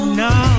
no